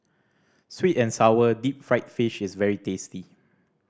sweet and sour deep fried fish is very tasty